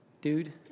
Dude